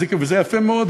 וזה יפה מאוד,